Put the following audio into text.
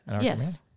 Yes